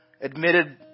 admitted